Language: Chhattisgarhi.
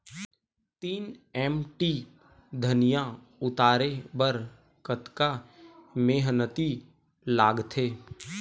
तीन एम.टी धनिया उतारे बर कतका मेहनती लागथे?